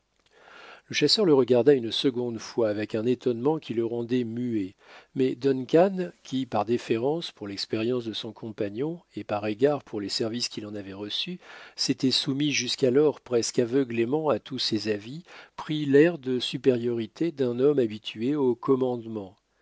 le chasseur le regarda une seconde fois avec un étonnement qui le rendait muet mais duncan qui par déférence pour l'expérience de son compagnon et par égard pour les services qu'il en avait reçus s'était soumis jusqu'alors presque aveuglément à tous ses avis prit l'air de supériorité d'un homme habitué au commandement